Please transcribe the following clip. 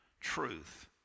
truth